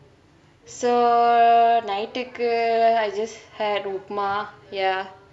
so night டுக்கு:tuku I just had upma ya